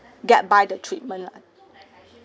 get by the treatment lah